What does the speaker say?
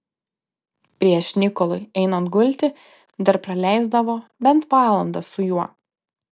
prieš nikolui einant gulti dar praleisdavo bent valandą su juo